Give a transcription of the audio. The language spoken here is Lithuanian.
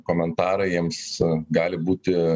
komentarai jiems gali būti